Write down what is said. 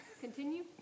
Continue